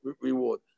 reward